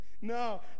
No